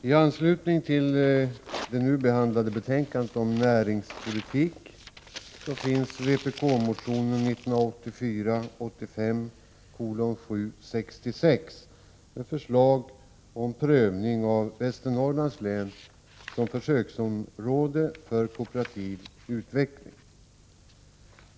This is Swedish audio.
Herr talman! I betänkandet om näringspolitik behandlas också vpkmotionen 1984/85:766 med förslag om prövning av Västernorrlands län som försöksområde för kooperativ utveckling.